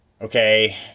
Okay